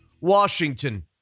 Washington